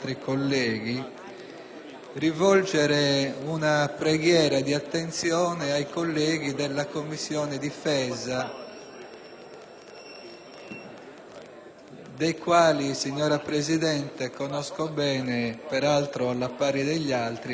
rivolgere una preghiera di attenzione ai colleghi della Commissione difesa dei quali, signora Presidente, conosco bene, peraltro alla pari degli altri, la sensibilità.